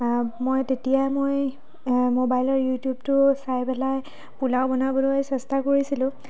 মই তেতিয়া মই মবাইলৰ ইউটিউবটো চাই পেলাই পোলাও বনাবলৈ চেষ্টা কৰিছিলোঁ